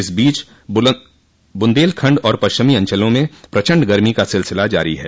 इस बीच ब्रुंदेलखण्ड और पश्चिमी अंचलों में प्रचंड गर्मी का सिलसिला जारी है